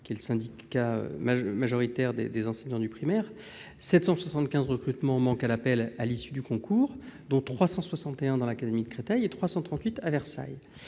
qui est le syndicat majoritaire des enseignants du primaire, 775 recrutements manquent à l'appel à l'issue du concours, dont 361 à Créteil et 338 à Versailles.